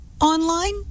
online